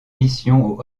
missions